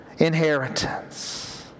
inheritance